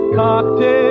cocktail